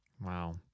Wow